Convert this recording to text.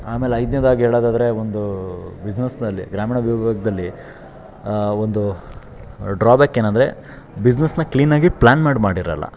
ಆಮೇಲೆ ಐದನೇದಾಗಿ ಹೇಳೋದಾದ್ರೆ ಒಂದು ಬಿಸ್ನೆಸ್ನಲ್ಲಿ ಗ್ರಾಮೀಣ ವಿಭಾಗದಲ್ಲಿ ಒಂದು ಡ್ರಾಬ್ಯಾಕ್ ಏನಂದರೆ ಬಿಸ್ನೆಸ್ನ ಕ್ಲೀನಾಗಿ ಪ್ಲಾನ್ ಮಾಡಿ ಮಾಡಿರೋಲ್ಲ